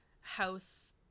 house